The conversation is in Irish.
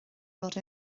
rud